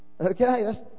Okay